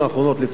לצערי,